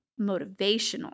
motivational